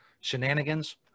shenanigans